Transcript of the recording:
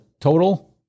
Total